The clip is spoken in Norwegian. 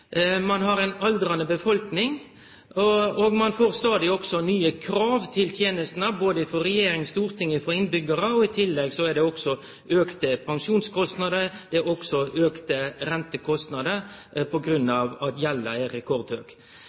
ein aldrande befolkning, og ein får stadig nye krav til tenestene, frå både regjering, storting og innbyggjarar. I tillegg er det auka pensjonskostnader, og det er også auka rentekostnader på grunn av at gjelda er rekordhøg.